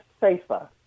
safer